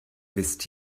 wisst